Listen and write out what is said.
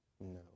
No